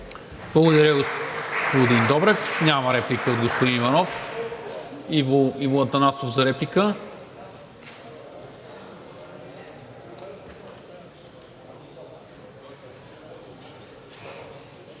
Благодаря, господин Добрев. Няма реплика от господин Иванов. Иво Атанасов – за реплика.